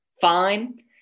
fine